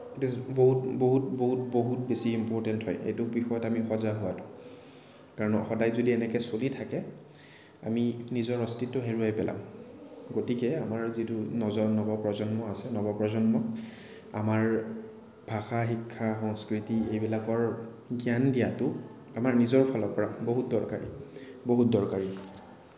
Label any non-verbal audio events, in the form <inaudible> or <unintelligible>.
it is বহুত বহুত বহুত বহুত বেচি ইম্পৰটেণ্ট হয় সেইটো বিষয়ত আমি সজাগ হোৱাটো কাৰণ সদায় যদি এনেকৈ চলি থাকে আমি নিজৰ অস্তিত্ব হেৰুৱাই পেলাম গতিকে আমাৰ যিটো <unintelligible> নৱ প্ৰজন্ম আছে নৱ প্ৰজন্ম আমাৰ ভাষা শিক্ষা সংস্কৃতি এইবিলাকৰ জ্ঞান দিয়াটো আমাৰ নিজৰ ফালৰপৰা বহুত দৰকাৰী বহুত দৰকাৰী